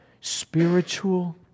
spiritual